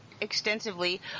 extensively